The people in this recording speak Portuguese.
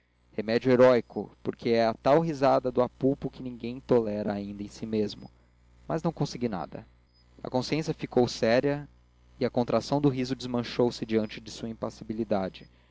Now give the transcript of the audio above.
remédio heróico porque é tal a risada do apupo que ninguém a tolera ainda em si mesmo mas não consegui nada a consciência ficou séria e a contração do riso desmanchou-se diante da sua impassibilidade